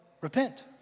Repent